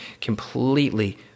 completely